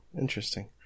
Interesting